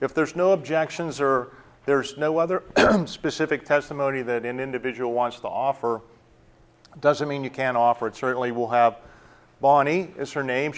if there's no objections or there's no other specific testimony that an individual wants to offer doesn't mean you can't offer it certainly will have bonnie as her name